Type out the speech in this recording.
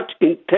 intense